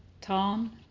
Tom